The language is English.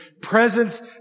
presence